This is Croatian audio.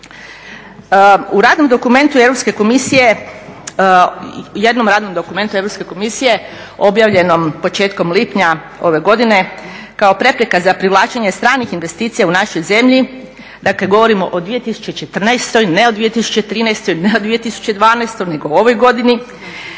jednom radnom dokumentu Europske komisije objavljenom početkom lipnja ove godine kao prepreka za privlačenje stranih investicija u našoj zemlji, dakle govorimo o 2014., ne od 2013., ne o 2012. nego ovoj godini.